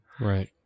Right